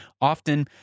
Often